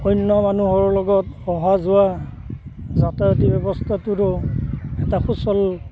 অন্য মানুহৰ লগত অহা যোৱা যাতায়তী ব্যৱস্থাটোৰো এটা সুচল